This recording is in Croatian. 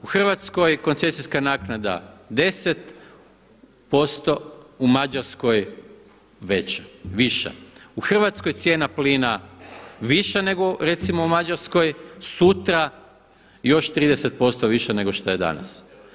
U Hrvatskoj koncesijska naknada 10% u Mađarskoj viša, u Hrvatskoj cijena plina viša nego recimo u Mađarskoj, sutra još 30% viša nego šta je danas.